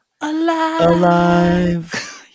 alive